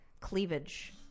cleavage